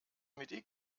mit